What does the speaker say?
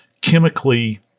chemically